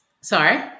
Sorry